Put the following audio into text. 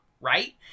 right